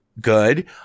good